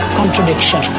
contradiction